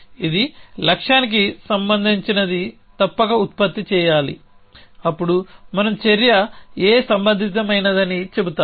ఇది లక్ష్యానికి సంబంధించినది తప్పక ఉత్పత్తి చేయాలి అప్పుడు మనం చర్య A సంబంధితమైనదని చెబుతాము